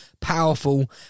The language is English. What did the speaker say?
powerful